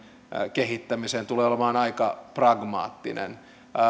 kehittämiseen tulee olemaan aika pragmaattinen